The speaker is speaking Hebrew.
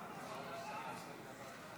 אני קובע כי הצעת חוק מועמד המשרת בשירות צבאי או